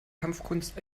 kampfkunst